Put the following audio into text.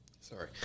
Sorry